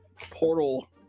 portal